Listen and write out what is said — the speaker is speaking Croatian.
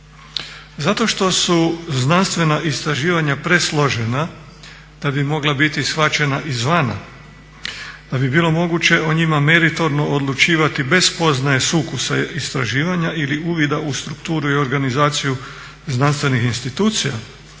Zato što su znanstvena istraživanja presložena da bi mogla biti shvaćena izvana, da bi bilo moguće meritorno odlučivati bez spoznaje sukusa istraživanja ili uvida u strukturu i organizaciju znanstvenih institucija.